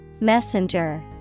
Messenger